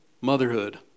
motherhood